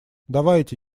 давайте